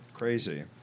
crazy